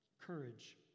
courage